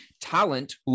talent